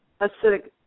acidic